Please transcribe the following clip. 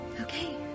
Okay